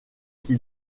qui